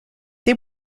they